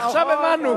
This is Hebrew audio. עכשיו הבנו.